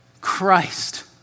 Christ